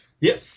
Yes